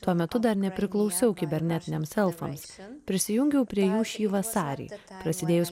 tuo metu dar nepriklausiau kibernetiniams elfams prisijungiau prie jų šį vasarį prasidėjus